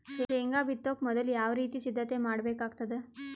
ಶೇಂಗಾ ಬಿತ್ತೊಕ ಮೊದಲು ಯಾವ ರೀತಿ ಸಿದ್ಧತೆ ಮಾಡ್ಬೇಕಾಗತದ?